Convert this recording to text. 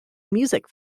music